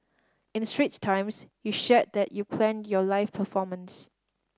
in Straits Times you shared that you planned your live performance